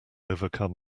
overcome